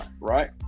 right